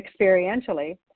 experientially